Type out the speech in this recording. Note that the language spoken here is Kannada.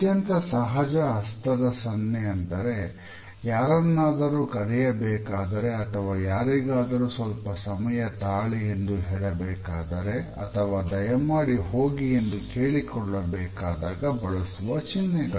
ಅತ್ಯಂತ ಸಹಜ ಹಸ್ತದ ಸನ್ನೆ ಅಂದರೆ ಯಾರನ್ನಾದರೂ ಕರೆಯಬೇಕಾದರೆ ಅಥವಾ ಯಾರಿಗಾದರೂ ಸ್ವಲ್ಪ ಸಮಯ ತಾಳಿ ಎಂದು ಹೇಳಬೇಕಾದರೆ ಅಥವಾ ದಯಮಾಡಿ ಹೋಗಿ ಎಂದು ಕೇಳಿಕೊಳ್ಳಬೇಕಾದಾಗ ಬಳಸುವ ಚಿನ್ಹೆಗಳು